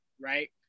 right